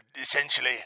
essentially